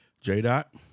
J-Dot